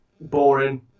Boring